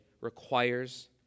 requires